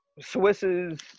Swiss's